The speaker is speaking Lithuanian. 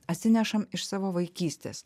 atsinešam iš savo vaikystės